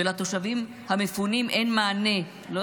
ואין מענה לתושבים המפונים,